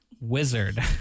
Wizard